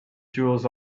jewels